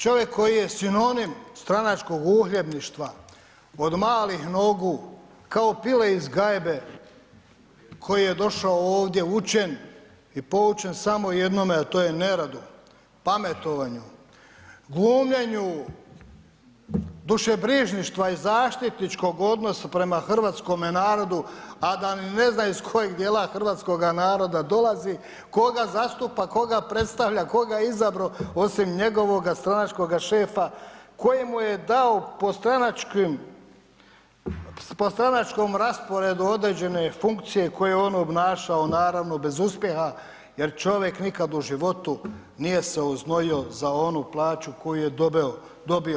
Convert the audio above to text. Čovjek koji je sinonim stranačkog uhljebništva, od malih nogu kao pile iz gajbe koji je došao ovdje učen i poučen samo jednome, a to je neradu, pametovanju, glumljenju dušebrižništva i zaštitničkog odnosa prema hrvatskome narodu, a da ni ne zna iz kojeg dijela hrvatskoga naroda dolazi, koga zastupa, koga predstavlja, tko ga je izabrao osim njegovoga stranačkoga šefa, koji mu je dao po stranačkom rasporedu određene funkcije koje je on obnašao, naravno, bez uspjeha jer čovjek nikad u životu nije se oznojio za onu plaću koju je dobio.